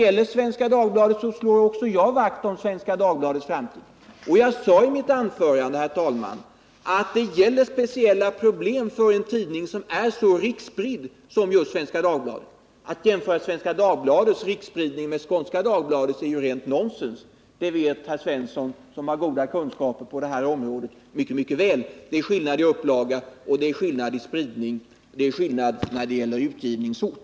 Även jag slår vakt om Svenska Dagbladet. Jag sade i mitt första anförande att det finns speciella problem för en tidning som är så riksspridd som just Svenska Dagbladet. Att jämföra Svenska Dagbladets riksspridning med Skånska Dagbladets är ju rent nonsens. Det vet herr Svensson, som har goda kunskaper på detta område, mycket väl. Det är skillnader i upplaga, spridning och utgivningsort.